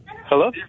Hello